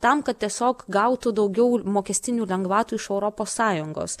tam kad tiesiog gautų daugiau mokestinių lengvatų iš europos sąjungos